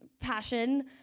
passion